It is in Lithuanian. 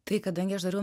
tai kadangi aš dariau